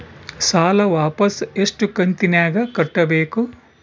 ಸಾಲ ವಾಪಸ್ ಎಷ್ಟು ಕಂತಿನ್ಯಾಗ ಕಟ್ಟಬೇಕು?